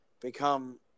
become